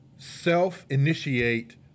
self-initiate